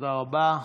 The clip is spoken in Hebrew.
תודה רבה.